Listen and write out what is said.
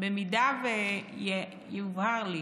אם יובהר לי